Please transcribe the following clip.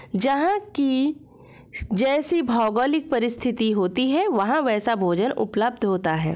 जहां की जैसी भौगोलिक परिस्थिति होती है वहां वैसा भोजन उपलब्ध होता है